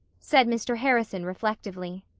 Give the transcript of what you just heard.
said mr. harrison reflectively.